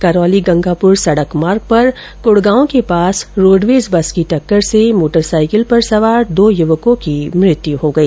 करौली गंगापुर सडक मार्ग पर कुंडगांव के पास रोडवेज बस की टक्कर से मोटरसाईकिल पर सवार दो युवकों की मृत्यु हो गई